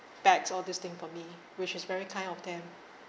bags all this thing for me which is very kind of them